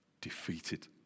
defeated